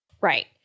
Right